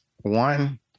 One